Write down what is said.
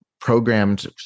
programmed